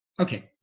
Okay